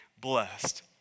blessed